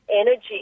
energy